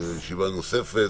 בישיבה נוספת,